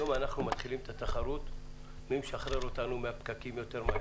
היום אנחנו מתחילים את התחרות לגבי מי שמשחרר אותנו יותר מהר מהפקקים,